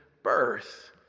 birth